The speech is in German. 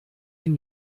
ihn